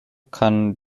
kann